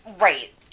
Right